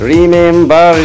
Remember